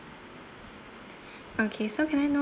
okay so I can know